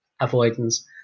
avoidance